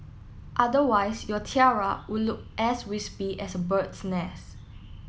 otherwise your tiara will look as wispy as a bird's nest